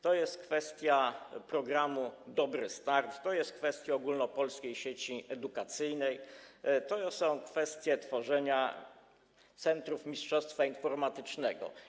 To jest kwestia programu „Dobry start”, to jest kwestia Ogólnopolskiej Sieci Edukacyjnej, to są kwestie tworzenia Centrów Mistrzostwa Informatycznego.